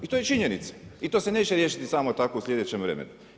I to je činjenica i to se neće riješiti samo tako u sljedećem vremenu.